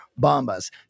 Bombas